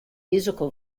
musical